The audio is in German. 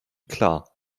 klar